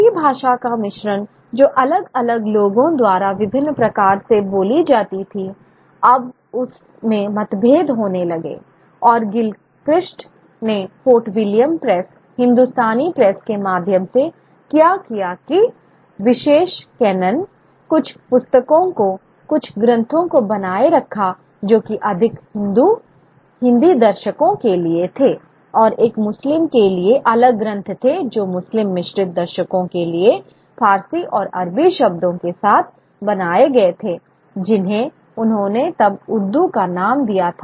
उसी भाषा का मिश्रण जो अलग अलग लोगों द्वारा विभिन्न प्रकार से बोली जाती थी अब उस में मतभेद होने लगे और गिलक्रिस्ट ने Fort William press Hindustani press के माध्यम से क्या किया कि विशेष कैनन कुछ पुस्तकों को कुछ ग्रंथों को बनाए रखा जो कि अधिक हिंदू हिंदी दर्शकों के लिए थे और एक मुस्लिम के लिए अलग ग्रंथ थे जो मुस्लिम मिश्रित दर्शकों के लिए फारसी और अरबी शब्दों के साथ बनाए गए थे जिन्हें उन्होंने तब उर्दू का नाम दिया था